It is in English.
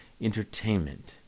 entertainment